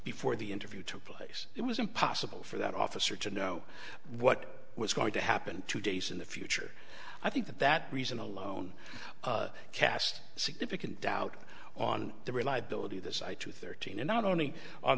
before the interview took place it was impossible for that officer to know what was going to happen two days in the future i think that that reason alone cast significant doubt on the reliability of this eye to thirteen and not only on